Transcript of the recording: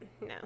no